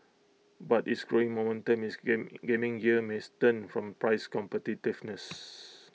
but its growing momentum this game gaming gear may stem from price competitiveness